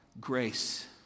grace